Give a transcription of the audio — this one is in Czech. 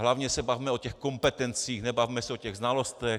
Hlavně se bavme o těch kompetencích, nebavme se o těch znalostech.